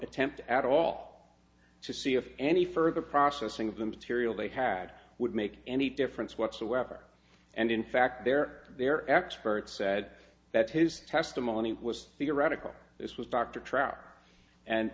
attempt at all to see if any further processing of the material they had would make any difference whatsoever and in fact their their expert said that his testimony was theoretical this was dr trout and